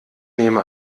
nehme